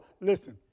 listen